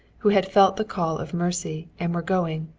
who had felt the call of mercy and were going,